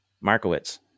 Markowitz